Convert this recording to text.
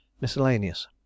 Miscellaneous